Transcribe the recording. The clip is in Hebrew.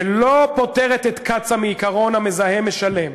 שלא פוטרת את קצא"א מעקרון "המזהם משלם".